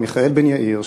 מיכאל בן-יאיר,